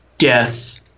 death